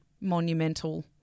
monumental